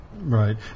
Right